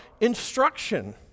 instruction